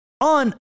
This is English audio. on